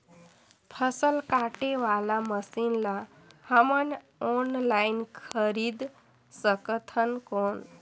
फसल काटे वाला मशीन ला हमन ऑनलाइन खरीद सकथन कौन?